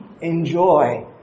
Enjoy